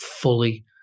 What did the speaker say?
fully